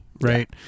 right